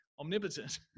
omnipotent